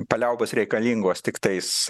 paliaubos reikalingos tiktais